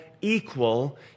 equal